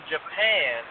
Japan